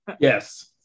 yes